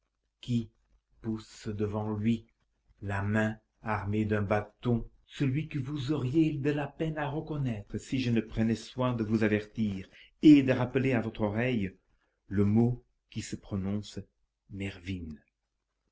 qui pousse devant lui la main armée d'un bâton celui que vous auriez de la peine à reconnaître si je ne prenais soin de vous avertir et de rappeler à votre oreille le mot qui se prononce